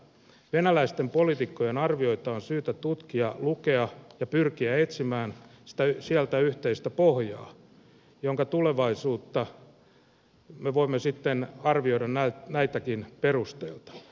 venäläisten poliitikkojen arvioita on syytä tutkia lukea ja pyrkiä etsimään sieltä yhteistä pohjaa jonka tulevaisuutta me voimme sitten arvioida näiltäkin perusteilta